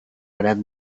gran